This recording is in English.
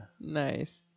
Nice